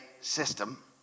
system